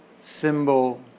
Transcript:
symbol